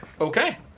Okay